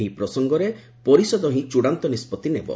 ଏହି ପ୍ରସଙ୍ଗରେ ପରିଷଦ ହିଁ ଚୂଡ଼ାନ୍ତ ନିଷ୍କଭି ନେବ